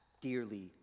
dearly